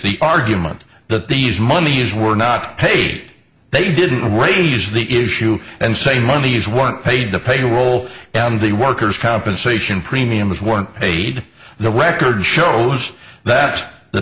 the argument that these monies were not paid they didn't raise the issue and say monies weren't paid the payroll and the workers compensation premiums weren't paid the record shows that the